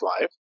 life